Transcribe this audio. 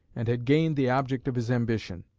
and had gained the object of his ambition.